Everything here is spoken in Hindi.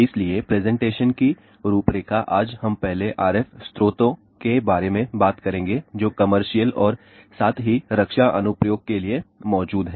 इसलिए प्रेजेंटेशन की रूपरेखा आज हम पहले RF स्रोतों के बारे में बात करेंगे जो कमर्शियल और साथ ही रक्षा अनुप्रयोग के लिए मौजूद हैं